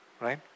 Right